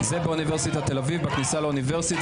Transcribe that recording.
זה באוניברסיטת תל אביב, בכניסה לאוניברסיטה.